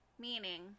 meaning